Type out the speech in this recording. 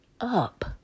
up